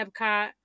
Epcot